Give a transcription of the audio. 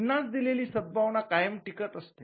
चिन्हास दिलेली सद्भावना कायम टिकत असते